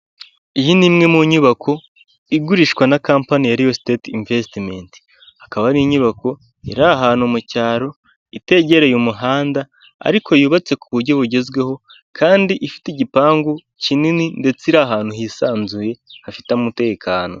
Iyi ni imwe mu nyubako, igurishwa na kampani ya Real State Investment. Akaba ari inyubako iri ahantu mu cyaro, itegereye umuhanda, ariko yubatse ku buryo bugezweho, kandi ifite igipangu kinini, ndetse iri ahantu hisanzuye, hafite umutekano.